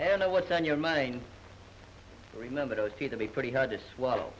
know what's on your mind remember those few to be pretty hard to swallow